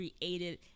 created